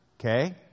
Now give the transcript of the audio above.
okay